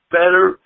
better